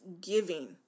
giving